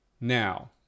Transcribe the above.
Now